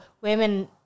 Women